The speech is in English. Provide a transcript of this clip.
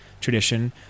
tradition